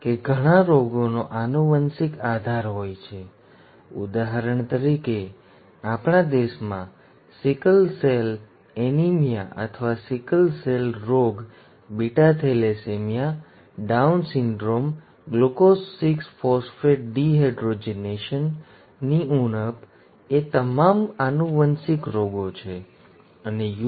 આપણે જોયું કે ઘણા રોગોનો આનુવંશિક આધાર હોય છે ઉદાહરણ તરીકે આપણા દેશમાં સિકલ સેલ એનિમિયા અથવા સિકલ સેલ રોગ beta thalassaemia down syndrome glucose 6 phosphate ડિહાઇડ્રોજેનેઝની ઉણપ એ તમામ આનુવંશિક રોગો છે અને યુ